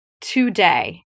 today